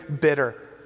bitter